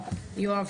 יואב,